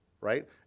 right